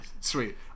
sweet